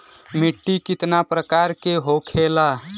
मिट्टी कितना प्रकार के होखेला?